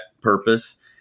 purpose